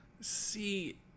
See